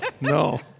no